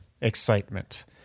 excitement